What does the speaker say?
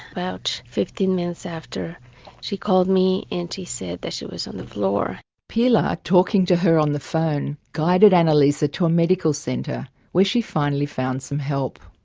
about fifteen minutes after she called me and she said that she was on the floor. pilar, talking to her on the phone guided annalisa to a medical centre where she finally found some help.